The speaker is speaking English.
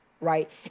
right